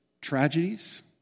tragedies